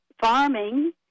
farming